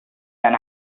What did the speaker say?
and